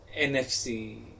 NFC